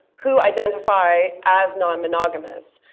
who identify as non-monogamous.